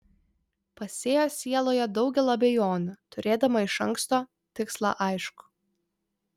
pasėjo sieloje daugel abejonių turėdama iš anksto tikslą aiškų